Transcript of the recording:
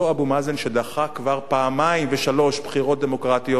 אותו אבו מאזן שדחה כבר פעמיים ושלוש בחירות דמוקרטיות,